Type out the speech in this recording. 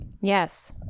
Yes